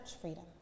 freedom